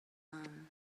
alone